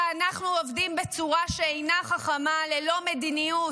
כי אנחנו עובדים בצורה שאינה חכמה, ללא מדיניות.